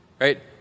right